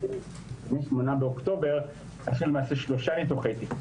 מ-8 באוקטובר החלו למעשה שלושה ניתוחי תיקון.